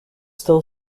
still